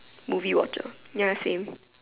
movie watcher ya same